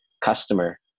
customer